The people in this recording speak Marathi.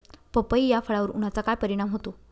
पपई या फळावर उन्हाचा काय परिणाम होतो?